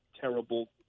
terrible